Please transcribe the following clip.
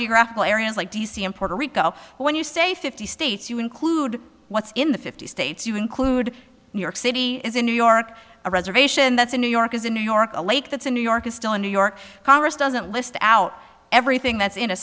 geographical areas like d c and puerto rico when you say fifty states you include what's in the fifty states you include new york city is in new york a reservation that's in new york as in new york a lake that's in new york is still in new york congress doesn't list out everything that's in a